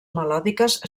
melòdiques